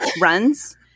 runs